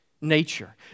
nature